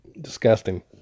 Disgusting